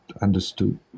understood